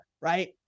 right